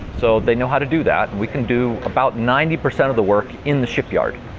so they know how to do that. we can do about ninety percent of the work in the shipyard.